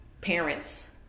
parents